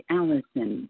Allison